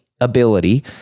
ability